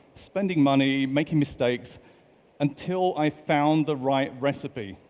spending money, making mistakes until i found the right recipe.